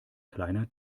kleiner